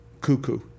cuckoo